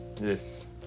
Yes